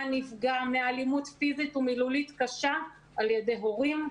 נפגע מאלימות פיזית ומילולית קשה על ידי הורים.